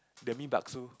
the mee-bakso